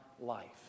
life